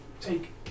take